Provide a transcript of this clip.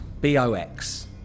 B-O-X